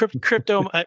Crypto